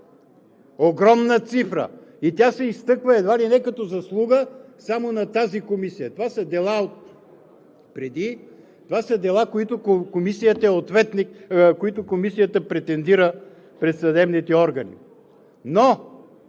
Огромна цифра! И тя се изтъква, едва ли не, като заслуга само на тази комисия. Това са дела отпреди, това са дела, които Комисията претендира пред съдебните органи, но